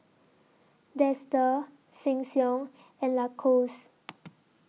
Dester Sheng Siong and Lacoste